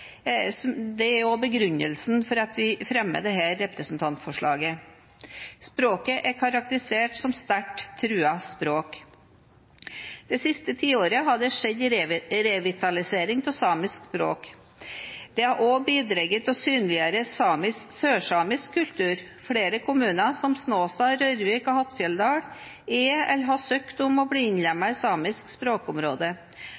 press, og det er begrunnelsen for at vi fremmer dette representantforslaget. Språket er karakterisert som et sterkt truet språk. Det siste tiåret har det skjedd en revitalisering av samisk språk. Dette har også bidratt til å synliggjøre sørsamisk kultur. Flere kommuner, som Snåsa, Røyrvik og Hattfjelldal, er eller har søkt om å bli